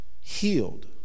healed